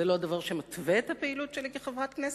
זה לא דבר שמתווה את הפעילות שלי כחברת כנסת?